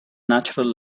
natural